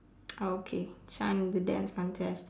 oh okay shine in the dance contest